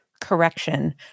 Correction